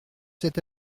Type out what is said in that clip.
cet